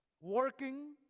working